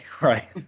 Right